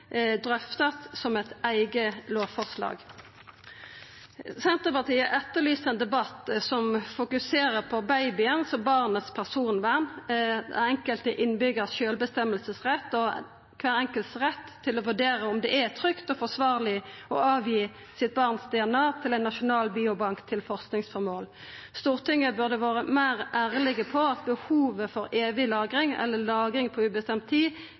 drøftast som eit eige lovforslag. Senterpartiet etterlyser ein debatt som fokuserer på personvernet for babyen og barnet, sjølvråderetten til den enkelte innbyggjaren og retten kvar enkelt har til å vurdera om det er trygt og forsvarleg å gi DNA-en til barnet sitt til ein nasjonal biobank til forskingsføremål. Stortinget burde ha vore meir ærleg på at behovet for evig lagring eller lagring på ubestemt tid